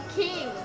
king